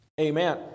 amen